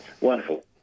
Wonderful